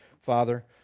Father